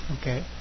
Okay